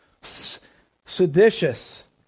Seditious